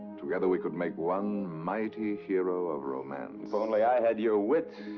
together we could make one mighty hero of romance. if only i had your wit.